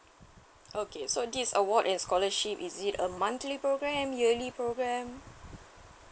okay so this award and scholarship is it a monthly program yearly program